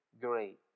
great